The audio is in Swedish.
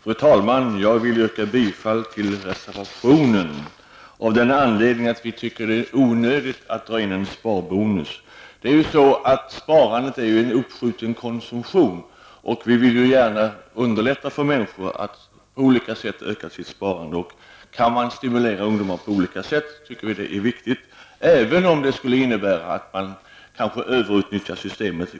Fru talman! Jag vill yrka bifall till reservationen, eftersom vi i miljöpartiet tycker att det är onödigt att dra in en sparbonus. Sparande är ju en uppskjuten konsumtion, och vi vill gärna underlätta för människor att öka sitt sparande. Kan man stimulera ungdomar på olika sätt att spara är detta angeläget. Även om det innebär att några enstaka fall överutnyttjar systemet,